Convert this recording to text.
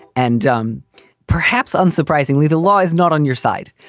and um perhaps unsurprisingly, the law is not on your side.